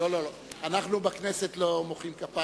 היושב-ראש, מכובדי חברי הכנסת, יקירינו